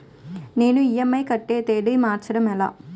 నేను ఇ.ఎం.ఐ కట్టే తేదీ మార్చడం ఎలా?